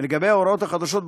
ולגבי ההוראות החדשות,